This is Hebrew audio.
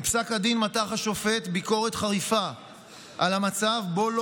בפסק הדין מתח השופט ביקורת חריפה על המצב שבו לא